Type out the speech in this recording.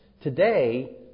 today